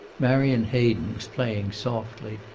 marion hayden was playing softly,